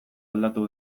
aldatu